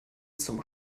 zum